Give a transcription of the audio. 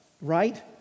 right